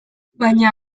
baina